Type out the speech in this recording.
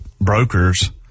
brokers